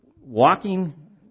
walking